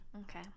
okay